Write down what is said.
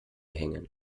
hängen